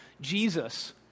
Jesus